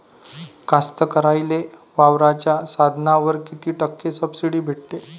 कास्तकाराइले वावराच्या साधनावर कीती टक्के सब्सिडी भेटते?